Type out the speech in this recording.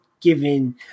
given